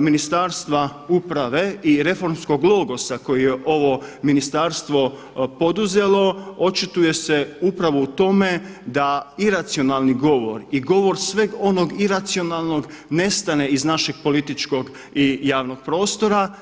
Ministarstva uprave i reformskog logosa koji je ovo ministarstvo poduzelo, očituje se upravo u tome da iracionalni govor i govor sveg onog iracionalnog nestane iz našeg političkog i javnog prostora.